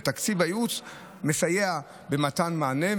ותקציב הייעוץ מסייע במתן מענה.